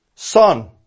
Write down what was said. Son